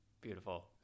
beautiful